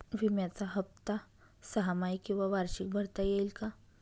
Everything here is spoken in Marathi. विम्याचा हफ्ता सहामाही किंवा वार्षिक भरता येईल का?